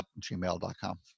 gmail.com